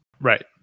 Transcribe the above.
Right